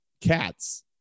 Cats